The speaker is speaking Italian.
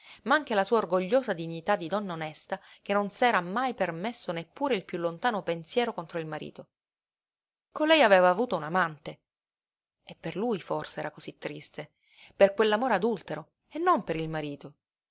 ma anche alla sua orgogliosa dignità di donna onesta che non s'era mai permesso neppure il piú lontano pensiero contro il marito colei aveva avuto un amante e per lui forse era cosí triste per quell'amore adultero e non per il marito